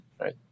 right